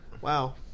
Wow